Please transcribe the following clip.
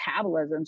metabolisms